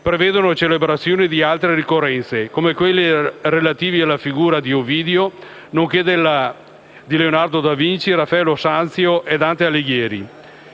prevedono celebrazioni di altre ricorrenze, come quelli relativi alla figura di Ovidio nonché di Leonardo da Vinci, Raffaello Sanzio e Dante Alighieri.